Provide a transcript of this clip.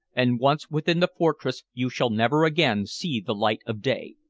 and once within the fortress you shall never again see the light of day.